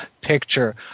picture